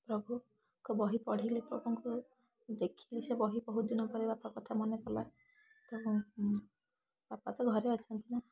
ପ୍ରଭୁ ବହି ପଢ଼ିଲେ ପ୍ରଭୁଙ୍କୁ ଦେଖିକି ସେ ବହି ବହୁତଦିନ ପରେ ବାପାକଥା ମନେପଡ଼ିଲା ତ ବାପା ତ ଘରେ ଅଛନ୍ତିନା